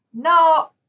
No